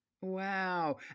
Wow